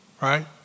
right